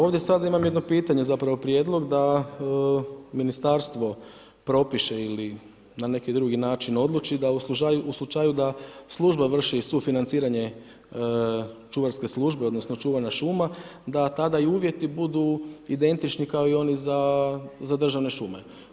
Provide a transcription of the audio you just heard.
Ovdje sad imam jedno pitanje, zapravo prijedlog, da ministarstvo propiše ili na neki drugi način odluči, da u slučaju da služba vrši sufinanciranje čuvarske službe, odnosno, čuvanje šuma, da tada i uvjeti budu identični kao i oni za državne šume.